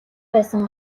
байсан